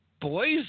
boys